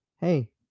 Hey